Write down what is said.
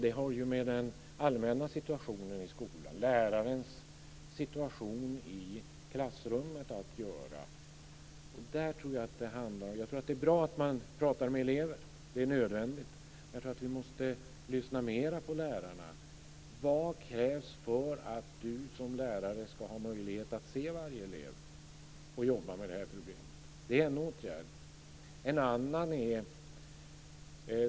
Det har ju med den allmänna situationen i skolan och med lärarens situation i klassrummet att göra. Jag tror att det är bra att man pratar med elever - det är nödvändigt - men jag tror att vi måste lyssna mera på lärarna. Vi måste fråga: Vad krävs för att du som lärare ska ha möjlighet att se varje elev och jobba med det här problemet? Det är en åtgärd.